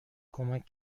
کمک